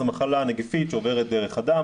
זו מחלה נגיפית שעוברת דרך הדם,